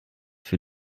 für